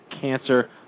cancer